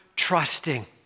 Trusting